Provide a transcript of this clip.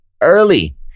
early